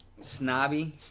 Snobby